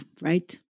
right